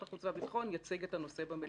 החוץ והביטחון יציג את הנושא במליאה.